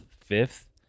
fifth